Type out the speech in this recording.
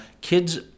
kids